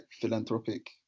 philanthropic